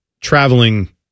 traveling